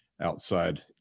outside